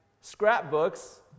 scrapbooks